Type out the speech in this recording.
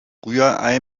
rührei